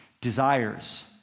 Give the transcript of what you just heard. desires